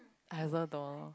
I also don't know